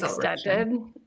extended